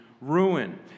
ruin